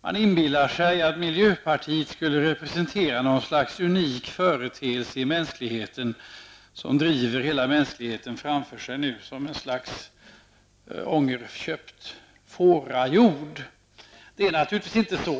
Man inbillar sig att miljöpartiet skulle representera något slags unik företeelse i mänskligheten, som nu driver hela mänskligheten framför sig som ett slags ångerköpt fårahjord. Det är naturligtvis inte så.